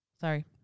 Sorry